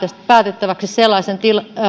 päätettäväksi sellaisen